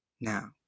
Now